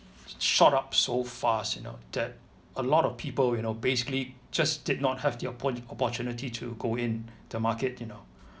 shot up so fast you know that a lot of people you know basically just did not have the oppor~ opportunity to go in the market you know